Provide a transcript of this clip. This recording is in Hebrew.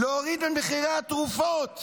להוריד את מחירי התרופות